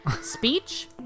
speech